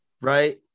Right